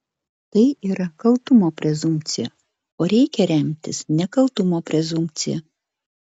tai yra kaltumo prezumpcija o reikia remtis nekaltumo prezumpcija